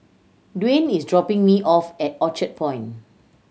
Dwaine is dropping me off at Orchard Point